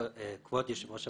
כבוד יושב ראש הוועדה,